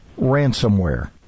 ransomware